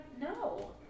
no